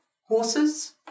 horses